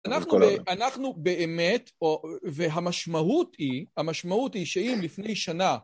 אנחנו באמת, והמשמעות היא, המשמעות היא שאם לפני שנה